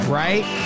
right